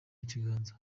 ikiganza